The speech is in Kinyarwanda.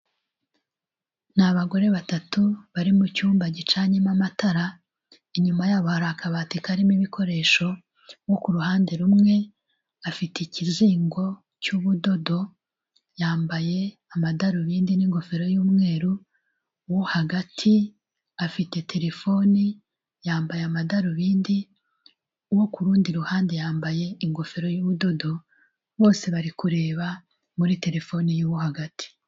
Ni abagore batatu bari mu cyumba gicanyemo amatara inyuma yabo hari akabati karimo ibikoresho, uwo ku ruhande rumwe afite ikizingo cy'ubudodo yambaye amadarubindi n'ingofero y'umweru, uwo hagati afite terefone yambaye amadarubindi, uwo ku rundi ruhande yambaye ingofero y'ubudodo bose bari kureba muri terefone y'uwo hagati.